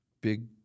big